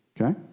okay